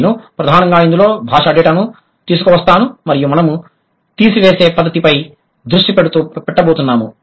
నేను ప్రధానంగా ఇందులో భాషా డేటాను తీసుకువస్తాను మరియు మనము తీసివేసే పద్ధతిపై దృష్టి పెట్టబోతున్నాము